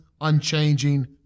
unchanging